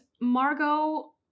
Margot